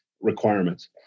requirements